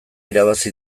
irabazi